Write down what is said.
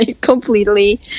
completely